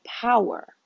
power